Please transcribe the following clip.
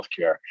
healthcare